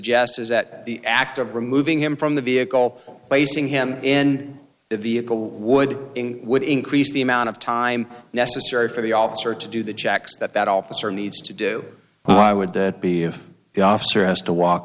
suggests is that the act of removing him from the vehicle placing him in the vehicle would would increase the amount of time necessary for the officer to do the checks that that officer needs to do well i would be of the officer has to walk